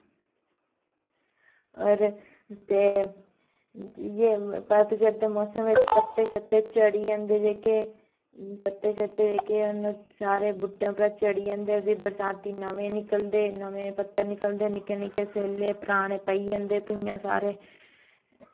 होर ते इ'यै पतझड़ दे मौसम बिच पत्ते झड़ी जंदे जेह्के पत्ते जेह्के हैन सारें बूह्टें परा झड़ी जंदे भी बरसांती नमें निकलदे नमें पत्ते निकलदे निक्के निक्के सैल्ले पराने पेई जंदे भुंञां सारे